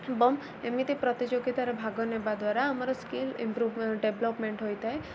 ଏବଂ ଏମିତି ପ୍ରତିଯୋଗୀତା'ରେ ଭାଗ ନେବା ଦ୍ୱାରା ଆମର ସ୍କିଲ୍ ଇମ୍ପ୍ରୁଭ୍ ଡ଼େଭ୍ଲପ୍ମେଣ୍ଟ୍ ହୋଇଥାଏ